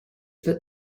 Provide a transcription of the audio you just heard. that